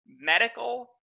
Medical